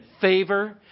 favor